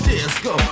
Disco